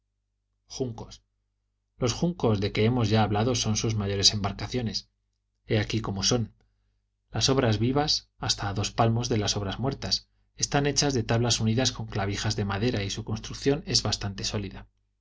juncos los juncos de que hemos ya hablado son sus mayores embarcaciones he aquí como son las obras vivas hasta dos palmos de las obras muertas están hechas de tablas unidas con clavijas de madera y su construcción es bastante sólida